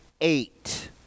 eight